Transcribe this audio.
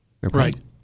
Right